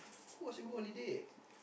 who ask you go holiday